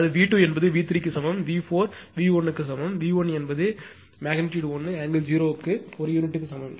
அதாவது V2 என்பது V3 க்கு சமம் V4 V1 க்கு சமம் V1 என்பது 1∠0° க்கு ஒரு யூனிட் க்கு சமம்